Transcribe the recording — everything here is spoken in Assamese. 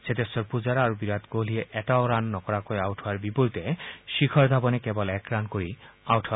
ছেটেশ্বৰ পূজাৰা আৰু বিৰাট কোহলীয়ে এটাও ৰান নকৰাকৈ আউট হোৱাৰ বিপৰীতে শিখৰ ধাৱনে কেৱল এক ৰান কৰি আউট হয়